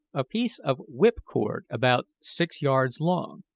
a piece of whip-cord about six yards long.